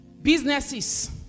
businesses